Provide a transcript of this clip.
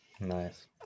nice